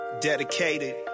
dedicated